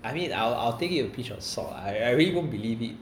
I mean I'll I'll take it with a pinch of salt I I really won't believe it